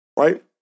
right